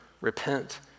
repent